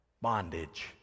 bondage